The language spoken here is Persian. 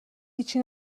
هیچی